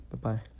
Bye-bye